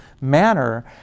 manner